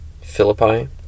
Philippi